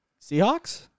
Seahawks